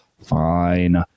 fine